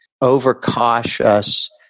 overcautious